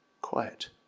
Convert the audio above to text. quiet